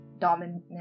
dominant